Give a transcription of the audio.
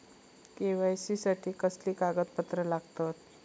KYC साठी कसली कागदपत्र लागतत?